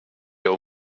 der